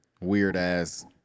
weird-ass